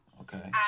okay